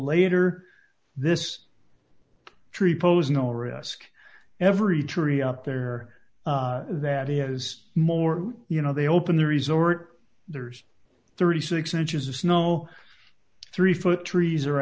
later this tree pose no risk every tree up there that is more you know they open the resort there's thirty six dollars inches of snow three foot trees are a